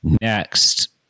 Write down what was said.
next